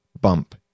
bump